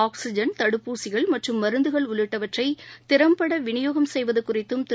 oxygen தடுப்பூசிகள் மற்றும் மருந்துகள் உள்ளிட்டவற்றைதிறம்படவிநியோகம் செய்வதுகுறித்தும் திரு